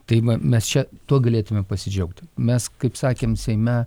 tai va mes čia tuo galėtumėm pasidžiaugti mes kaip sakėm seime